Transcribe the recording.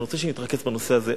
אני רוצה שנתרכז בנושא הזה.